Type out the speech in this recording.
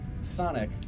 sonic